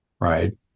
right